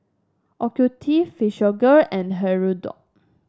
Ocuvite Physiogel and Hirudoid